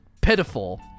pitiful